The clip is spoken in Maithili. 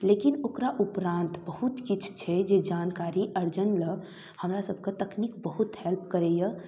लेकिन ओकरा उपरान्त बहुत किछु छै जे जानकारी अर्जनलए हमरासभके तकनीक बहुत हेल्प करैए